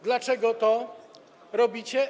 Dlaczego to robicie?